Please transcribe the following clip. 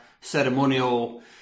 ceremonial